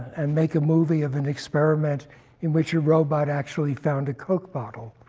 and make a movie of an experiment in which a robot actually found a coke bottle.